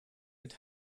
mit